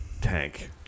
Tank